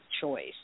choice